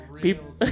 people